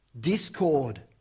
discord